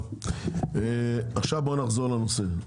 עכשיו בוא נחזור לנושא.